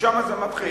משם זה מתחיל.